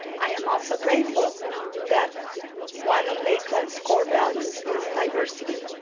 i am also grateful that one of lakeland's core values is diversity